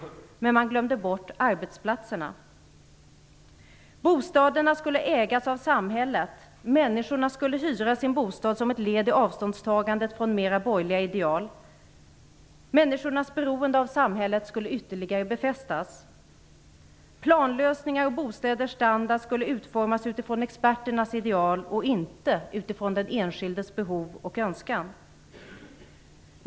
Men man glömde bort arbetsplatserna. Bostäderna skulle ägas av samhället, människorna skulle hyra sin bostad som ett led i avståndstagandet från mera borgerliga ideal. Människornas beroende av samhället skulle ytterligare befästas. Planlösningar och bostäders standard skulle utformas utifrån experternas ideal, inte utifrån den enskildes behov och önskan.